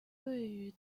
对于